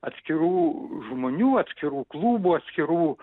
atskirų žmonių atskirų klubų atskirų